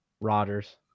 Rodgers